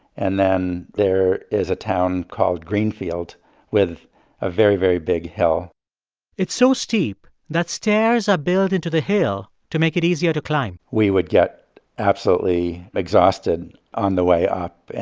and then there is a town called greenfield with a very, very big hill it's so steep that stairs are built into the hill to make it easier to climb we would get absolutely exhausted on the way up, and